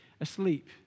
asleep